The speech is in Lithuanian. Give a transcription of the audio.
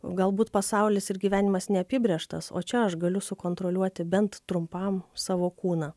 galbūt pasaulis ir gyvenimas neapibrėžtas o čia aš galiu sukontroliuoti bent trumpam savo kūną